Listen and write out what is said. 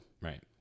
Right